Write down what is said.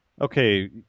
Okay